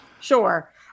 Sure